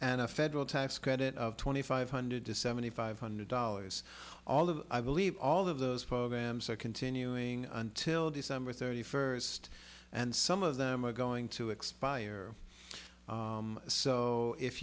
and a federal tax credit of twenty five hundred to seventy five hundred dollars all of i believe all of those programs are continuing until december thirty first and some of them are going to expire so if